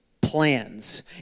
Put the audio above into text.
plans